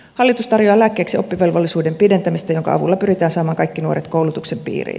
hallitus tarjoaa lääkkeeksi oppivelvollisuuden pidentämistä jonka avulla pyritään saamaan kaikki nuoret koulutuksen piiriin